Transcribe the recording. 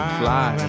fly